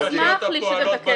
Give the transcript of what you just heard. אשמח שתתקן אותי.